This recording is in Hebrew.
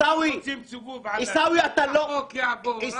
כולם עושים סיבוב עלי, החוק יעבור.